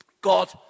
God